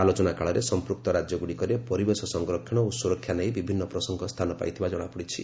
ଆଲୋଚନା କାଳରେ ସମ୍ପୂକ୍ତ ରାଜ୍ୟଗୁଡ଼ିକରେ ପରିବେଶ ସଂରକ୍ଷଣ ଓ ସୁରକ୍ଷା ନେଇ ବିଭିନ୍ନ ପ୍ରସଙ୍ଗ ସ୍ଥାନ ପାଇଥିବା ଜଣାପଡ଼ିଛି